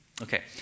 Okay